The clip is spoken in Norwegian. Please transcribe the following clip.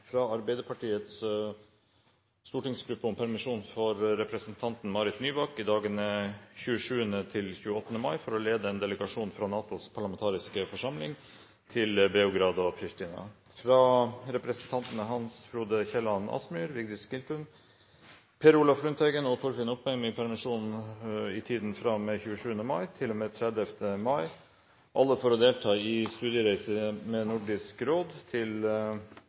fra Arbeiderpartiets stortingsgruppe om permisjon for representanten Marit Nybakk i dagene 27. og 28. mai for å lede en delegasjon fra NATOs parlamentariske forsamling til Beograd og Pristina fra representantene Hans Frode Kielland Asmyhr, Vigdis Giltun, Per Olaf Lundteigen og Torfinn Opheim om permisjon i tiden fra og med 27. mai til og med 30. mai – alle for å delta i studiereise med Nordisk Råds delegasjon til